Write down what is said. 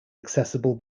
accessible